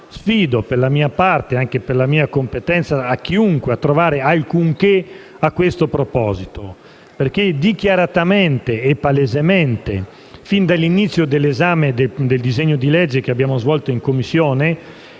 Per parte mia e anche per la mia competenza, sfido chiunque a trovare alcunché a questo proposito, perché dichiaratamente e palesemente fin dall'inizio dell'esame del disegno di legge in Commissione